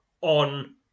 on